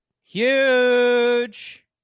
Huge